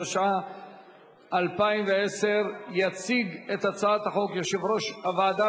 התשע"א 2010. יציג את ההצעה יושב-ראש הוועדה